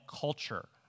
culture